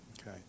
Okay